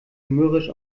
mürrisch